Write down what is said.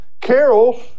Carol